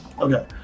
Okay